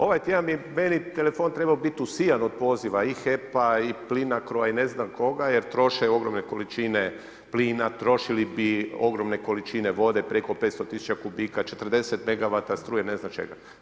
Ovaj tjedan bi meni telefon trebao biti usijan od poziva i HEP-a i Plinacroa i ne znam koga jer troše ogromne količine plina, trošili bi ogromne količine vode, preko 500 000 kubika, 40 megavata struje, ne znam čega.